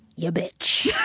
you bitch!